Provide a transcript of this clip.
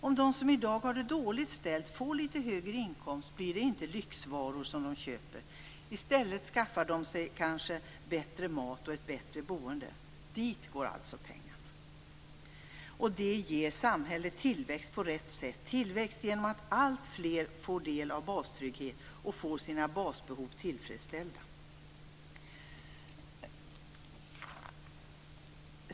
Om de som i dag har det dåligt ställt får litet högre inkomst blir det inte lyxvaror de köper, i stället skaffar de sig kanske bättre mat och ett bättre boende. Dit går alltså pengarna. Det ger samhället tillväxt på rätt sätt. Tillväxt genom att alltfler får del av bastrygghet och får sina basbehov tillfredsställda.